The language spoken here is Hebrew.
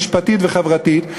משפטית וחברתית,